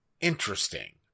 interesting